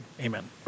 Amen